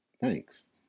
thanks